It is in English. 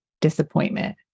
disappointment